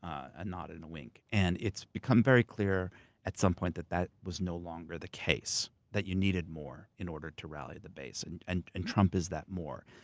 and not in a wink, and it's become very clear at some point that that was no longer the case. that you needed more in order to rally the base. and and and trump is that more.